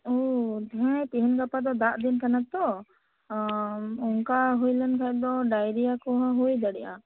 ᱦᱮᱸ ᱛᱮᱦᱮᱧ ᱜᱟᱯᱟ ᱫᱚ ᱫᱟᱜ ᱫᱤᱱ ᱠᱟᱱᱟ ᱛᱳ ᱚᱱᱠᱟ ᱦᱩᱭᱞᱮᱱ ᱠᱷᱟᱡ ᱫᱚ ᱰᱟᱭᱨᱤᱭᱟ ᱠᱚᱦᱚᱸ ᱦᱩᱭ ᱫᱟᱲᱮᱭᱟᱜᱼᱟ